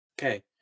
Okay